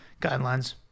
guidelines